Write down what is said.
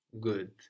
Good